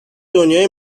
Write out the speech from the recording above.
دنیای